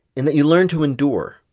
in that you learn to endure.